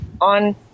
on